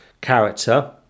character